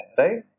right